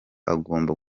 agomba